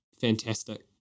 fantastic